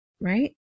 right